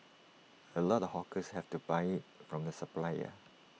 A lot of hawkers have to buy IT from the supplier